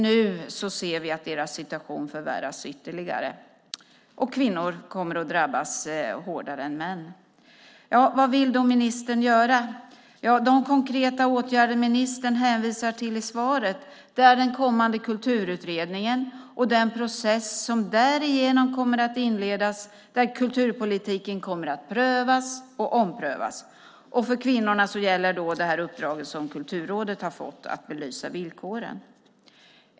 Nu ser vi att deras situation förvärras ytterligare, och kvinnor kommer att drabbas hårdare än män. Vad vill då ministern göra? De konkreta åtgärder ministern hänvisar till i svaret är den kommande Kulturutredningen och den process som därigenom kommer att inledas, där kulturpolitiken kommer att prövas och omprövas. För kvinnorna gäller det uppdrag som Kulturrådet har fått att belysa villkoren.